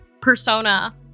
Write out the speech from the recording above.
persona